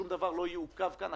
שום דבר לא יעוכב כאן,